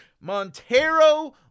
montero